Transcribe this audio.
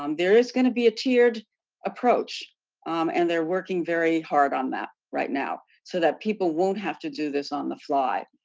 um there is going to be a tiered approach and they're working very hard on that right now so that people won't have to do this on the fly.